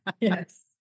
Yes